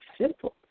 simple